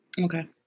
Okay